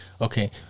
Okay